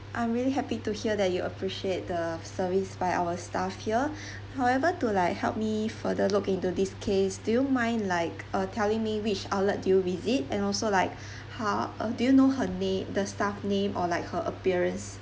I'm really happy to hear that you appreciate the service by our staff here however to like help me further look into this case do you mind like uh telling me which outlet did you visit and also like how uh do you know her name the staff name or like her appearance